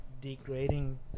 degrading